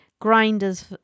grinders